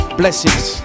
blessings